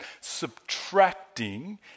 Subtracting